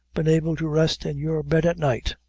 been able to rest in your bed at night?